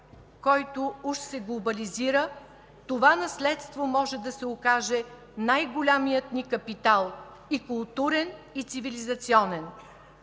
който уж се глобализира, това наследство може да се окаже най-големият ни капитал – и културен, и цивилизационен.